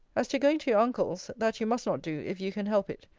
as to going to your uncle's, that you must not do, if you can help it.